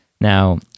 Now